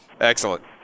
Excellent